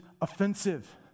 offensive